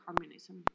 communism